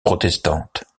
protestante